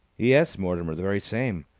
yes, mortimer, the very same.